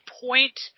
point